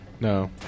No